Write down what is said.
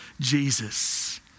Jesus